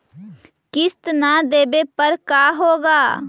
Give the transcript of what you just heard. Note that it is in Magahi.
किस्त न देबे पर का होगा?